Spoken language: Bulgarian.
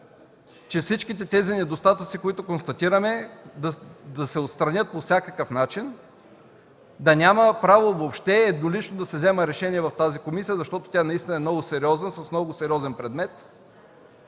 че всички тези недостатъци, които констатираме, да се отстранят по всякакъв начин, да няма право еднолично да се взема решение в тази комисия, защото тя наистина е много сериозна, с много сериозен предмет,